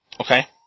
Okay